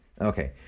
Okay